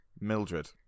Mildred